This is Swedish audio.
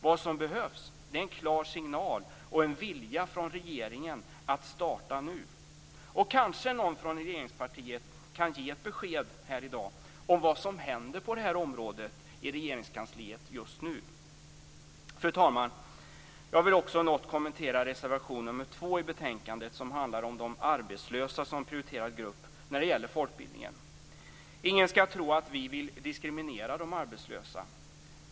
Vad som behövs är en klar signal och en vilja från regeringen att starta nu. Kanske någon från regeringspartiet kan ge ett besked här i dag om vad som händer på det här området i Regeringskansliet just nu. Fru talman! Jag vill också något kommentera reservation 2 i betänkandet som handlar om de arbetslösa som prioriterad grupp när det gäller folkbildningen. Ingen skall tro att vi vill diskriminera de arbetslösa.